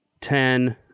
ten